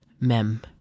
Mem